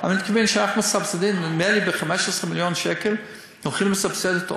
נדמה לי שאנחנו הולכים לסבסד ב-15 מיליון שקל את האוכל.